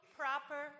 proper